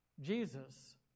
Jesus